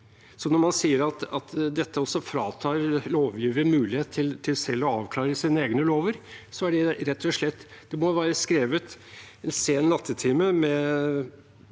når man sier at dette også fratar lovgiver mulighet til selv å avklare sine egne lover, må det rett og slett være skrevet en sen nattetime uten